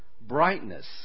brightness